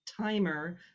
timer